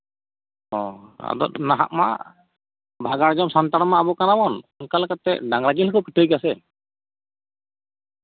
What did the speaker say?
ᱚᱻ ᱟᱫᱚ ᱱᱟᱦᱟᱜ ᱢᱟ ᱵᱷᱟᱜᱟᱲ ᱡᱚᱢ ᱥᱟᱱᱛᱟᱲ ᱢᱟ ᱟᱵᱚ ᱠᱟᱱᱟᱵᱚᱱ ᱚᱱᱠᱟ ᱞᱮᱠᱟᱛᱮ ᱰᱟᱝᱨᱟ ᱡᱤᱞ ᱦᱚᱸᱠᱚ ᱯᱤᱴᱷᱟᱹᱭ ᱜᱮᱭᱟ ᱥᱮ